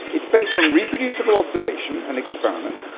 it's based on reproducible observation and experiment,